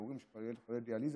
לילד חולה דיאליזה,